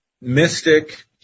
mystic